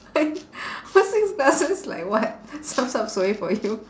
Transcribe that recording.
I but six glasses like what sup sup suay for you